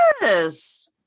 Yes